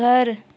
घर